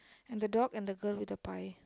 and the dog and the girl with the pie